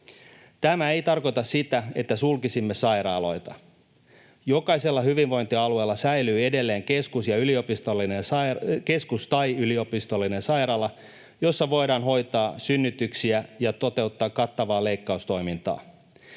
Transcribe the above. Tämä ei tarkoita sitä, että sulkisimme sairaaloita. Jokaisella hyvinvointialueella säilyy edelleen keskus- tai yliopistollinen sairaala, jossa voidaan hoitaa synnytyksiä ja toteuttaa kattavaa leikkaustoimintaa.